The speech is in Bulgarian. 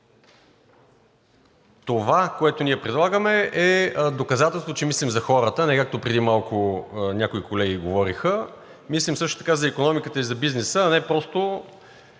Това, което ние предлагаме, е доказателство, че мислим за хората, а не, както преди малко някои колеги говореха. Мислим също така за икономиката и за бизнеса, а не просто